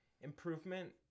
improvement